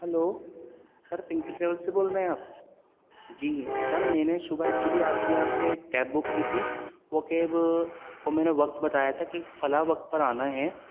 hello sir Pinki travel سے بول رہے ہیں آپ جی سر میں نے صبح ایکچولی آپ کے یہاں سے ایک کیب بک کی تھی وہ کیب کو میں نے وقت بتایا تھا کہ فلاں وقت پر آنا ہے